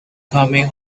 coming